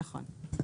נכון.